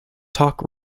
talk